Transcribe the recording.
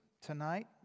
tonight